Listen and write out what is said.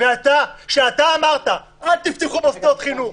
אתה אמרת בראיון בטלוויזיה: אל תפתחו מוסדות חינוך.